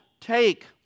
take